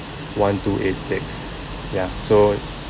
one two eight six ya so